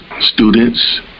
students